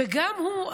וגם הוא,